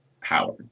power